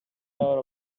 hour